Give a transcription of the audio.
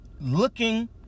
looking